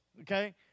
okay